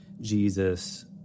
Jesus